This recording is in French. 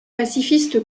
pacifiste